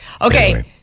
okay